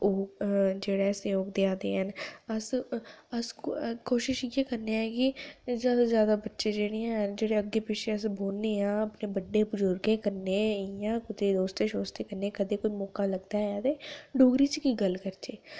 जेह्ड़ा सैहयोग देआ दे हैन अस अस कोशश इ'यै करने ऐ कि जैदा कोह्ला जैदा बच्चे जेह्ड़े हैन अग्गे पिच्छे बोह्ने आं बड़े बजुर्गें कन्नै इ'यां कुते रस्ते चरते कदें कुतै मौका लगदा ऐ ते डोगरी च गै गल्ल करचै